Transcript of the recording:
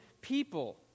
people